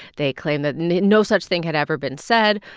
they claim that no such thing had ever been said.